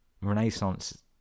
Renaissance